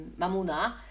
Mamuna